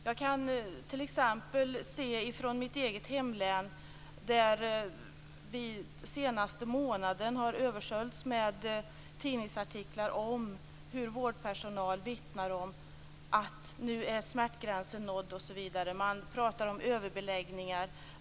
Jag kan t.ex. se i mitt eget hemlän hur vi den senaste månaden har översköljts med tidningsartiklar om att vårdpersonalen vittnar om att smärtgränsen nu är nådd. Man pratar om överbeläggningar.